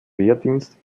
wehrdienst